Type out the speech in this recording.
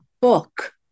book